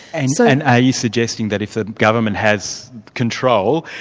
and so and are you suggesting that if a government has control,